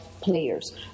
players